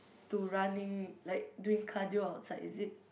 to running like doing cardio outside is it